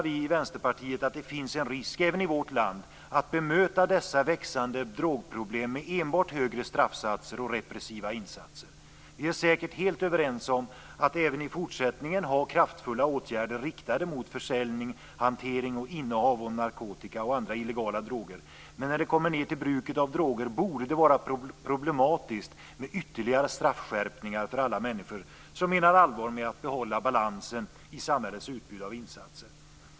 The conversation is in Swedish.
Vi i Vänsterpartiet menar att det, tyvärr, finns en risk även i vårt land med att bemöta dessa växande drogproblem med enbart högre straffsatser och repressiva insatser. Vi är säkert helt överens om att även i fortsättningen ha kraftfulla åtgärder riktade mot försäljning, hantering och innehav av narkotika och andra illegala droger. Men när det kommer ned till bruket av droger borde det vara problematiskt med ytterligare straffskärpningar för alla människor som menar allvar med att behålla balansen i samhällets utbud av insatser.